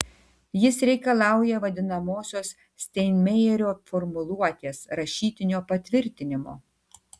jis reikalauja vadinamosios steinmeierio formuluotės rašytinio patvirtinimo